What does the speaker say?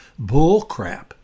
Bullcrap